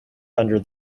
under